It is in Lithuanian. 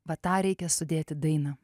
va tą reikia sudėt į dainą